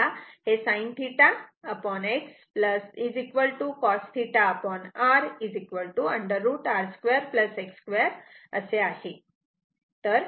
तेव्हा हे sin θX cos θR √ R2 X2 असे आहे